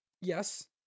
Yes